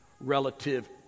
relative